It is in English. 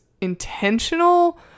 intentional